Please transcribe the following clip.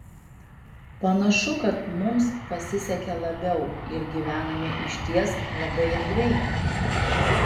panašu kad mums pasisekė labiau ir gyvename išties labai erdviai